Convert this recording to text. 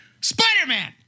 Spider-Man